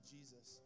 Jesus